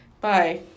Bye